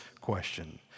question